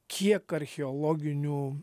kiek archeologinių